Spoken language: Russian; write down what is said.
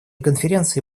конференции